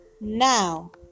Now